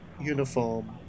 uniform